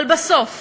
אבל בסוף,